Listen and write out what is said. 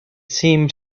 seemed